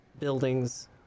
buildings